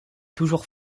toujours